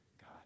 God